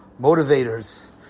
motivators